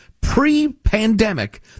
pre-pandemic